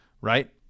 right